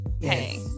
hey